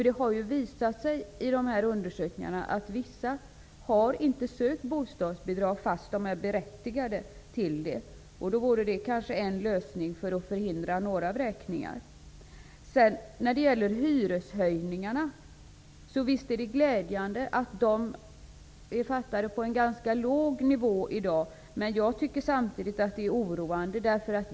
Det har visat sig i undersökningarna att vissa inte har sökt bostadsbidrag trots att de varit berättigade till det. Det vore därför en lösning, som kanske kunde förhindra några vräkningar. Visst är det glädjande att hyreshöjningarna nu kommer att ligga på en ganska låg nivå, men det är samtidigt oroande.